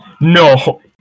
No